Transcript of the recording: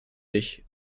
ich